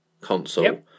console